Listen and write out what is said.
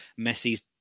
Messi's